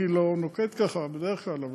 אני לא נוהג ככה בדרך כלל, אבל